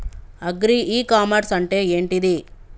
Agri e commerce అంటే ఏంటిది?